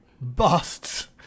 Busts